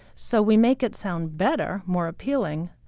so we make it sound better, more appealing,